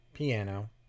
Piano